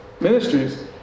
ministries